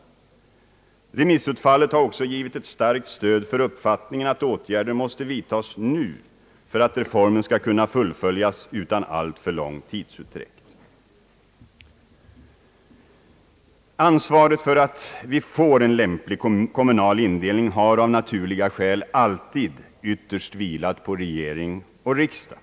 Remissutfallet har också givit ett starkt stöd för uppfattningen att åtgärder måste vidtas nu för att reformen skall kunna fullföljas utan alltför lång tidsutdräkt. Ansvaret för att vi får en lämplig kommunal indelning har av naturliga skäl alltid ytterst vilat på regering och riksdag.